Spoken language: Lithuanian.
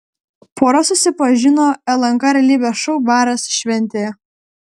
pora susipažino lnk realybės šou baras šventėje